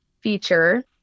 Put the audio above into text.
feature